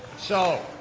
so,